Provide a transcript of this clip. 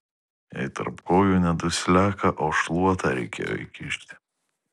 jai tarp kojų ne dusliaką o šluotą reikėjo įkišti